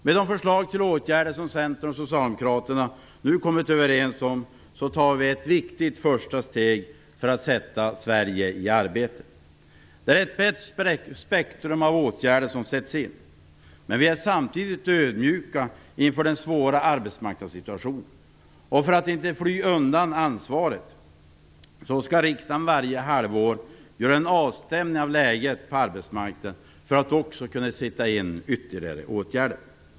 Med de förslag till åtgärder som Centern och Socialdemokraterna nu kommit överens om tar vi ett viktigt första steg för att sätta Sverige i arbete. Det är ett brett spektrum av åtgärder som sätts in. Vi är samtidigt ödmjuka inför den svåra arbetsmarknadssituationen. För att inte fly från ansvaret skall riksdagen varje halvår göra en avstämning av läget på arbetsmarknaden för att kunna sätta in ytterligare åtgärder.